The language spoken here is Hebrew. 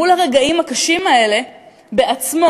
מול הרגעים הקשים האלה בעצמו,